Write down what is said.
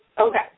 Okay